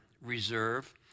reserve